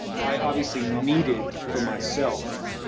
i obviously needed for myself,